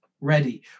ready